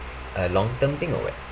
a long term thing or what